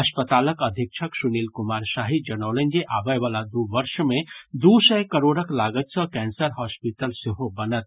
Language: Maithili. अस्पतालक अधीक्षक सुनील कुमार शाही जनौलनि जे आबय वला दू वर्ष मे दू सय करोड़क लागति सॅ कैंसर हॉस्पिटल सेहो बनत